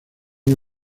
una